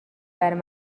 برای